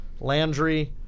Landry